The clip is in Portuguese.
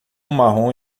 marrom